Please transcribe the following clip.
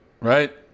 right